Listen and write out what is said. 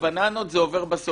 התפלק לנו, לא שמנו לב.